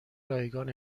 رایگان